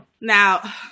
Now